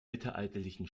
mittelalterlichen